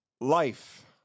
life